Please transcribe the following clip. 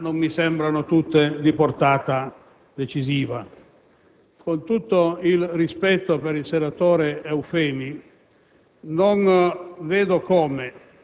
le ulteriori considerazioni che si potranno fare, quando sarà il momento giusto, nel merito specifico delle norme.